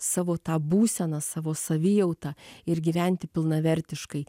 savo tą būseną savo savijautą ir gyventi pilnavertiškai